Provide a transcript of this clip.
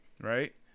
right